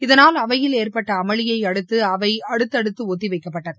இதனால் அவையில் அற்பட்ட அமளியை அடுத்து அவை அடுத்தடுத்து ஒத்தி வைக்கப்பட்டது